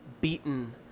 beaten